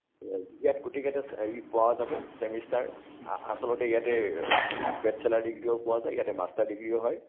ইয়াত গোটেইকেইটা হেৰি পোৱা যাব চেমিষ্টাৰ আ আচলতে ইয়াতে বেচলৰ ডিগ্ৰীও পোৱা যায় ইয়াতে মাষ্টাৰ ডিগ্ৰীও হয়